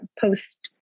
post